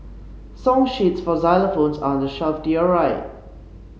song sheets for xylophones are on the shelf to your right